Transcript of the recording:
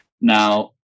Now